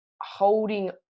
holding